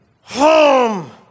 home